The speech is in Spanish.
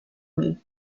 miel